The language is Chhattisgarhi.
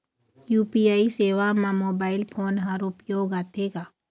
यू.पी.आई सेवा म मोबाइल फोन हर उपयोग आथे का?